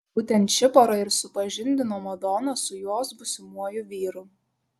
būtent ši pora ir supažindino madoną su jos būsimuoju vyru